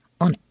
on